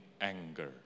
anger